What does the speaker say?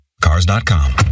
Cars.com